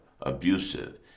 abusive